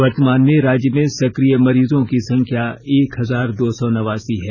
वर्तमान में राज्य में सकिय मरीजों की संख्या एक हजार दो सौ नवासी है